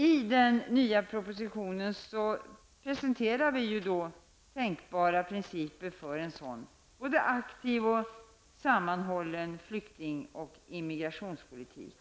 I den nya propositionen presenterar vi tänkbara principer för en sådan aktiv och sammanhållen flykting och immigrationspolitik.